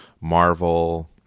Marvel